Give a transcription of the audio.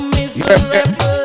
miserable